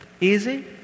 Easy